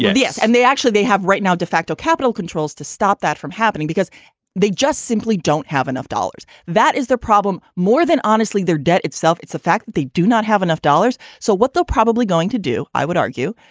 yeah yeah and they actually they have right now de facto capital controls to stop that from happening because they just simply don't have enough dollars. that is their problem more than honestly their debt itself. it's the fact that they do not have enough dollars. so what they'll probably going to do, i would argue,